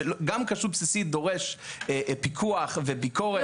גם כשרות בסיסית דורשת פיקוח וביקורת.